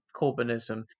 corbynism